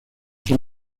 son